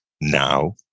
now